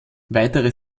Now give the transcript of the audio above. weitere